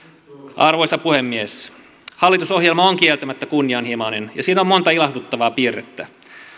arvoisa puhemies hallitusohjelma on kieltämättä kunnianhimoinen ja siinä on monta ilahduttavaa piirrettä